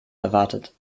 erwartet